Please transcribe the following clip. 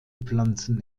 pflanzen